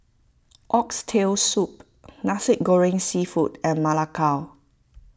Oxtail Soup Nasi Goreng Seafood and Ma Lai Gao